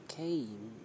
came